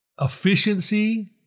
efficiency